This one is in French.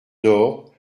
door